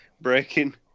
breaking